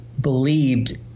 believed